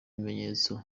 ibimenyetso